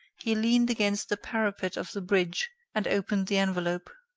he leaned against the parapet of the bridge and opened the envelope.